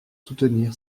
soutenir